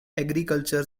agriculture